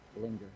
linger